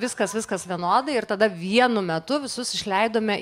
viskas viskas vienodai ir tada vienu metu visus išleidome